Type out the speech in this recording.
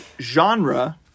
genre